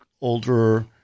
older